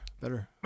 Better